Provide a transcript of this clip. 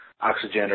Oxygen